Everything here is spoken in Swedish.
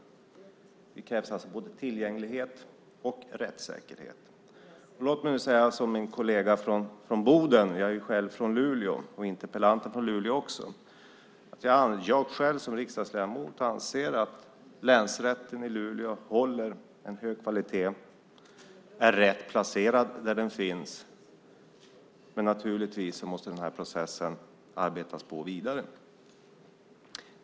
Det krävs alltså både tillgänglighet och rättssäkerhet. Låt mig säga som min kollega från Boden. Jag själv, och även interpellanten, är från Luleå. Jag själv som riksdagsledamot anser att länsrätten i Luleå håller hög kvalitet och är rätt placerad där den finns. Men naturligtvis måste processen arbetas vidare på.